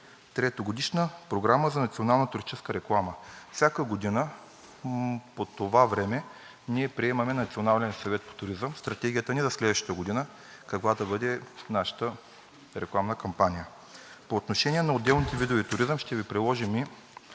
Трето, Годишна програма за национална туристическа реклама. Всяка година по това време ние приемаме в Националния съвет по туризъм Стратегията ни за следващата година – каква да бъде нашата рекламна кампания. По отношение на отделните видове туризъм ще Ви приложим